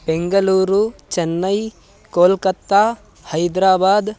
Bengaluru Chennai Kolkata Hyderabad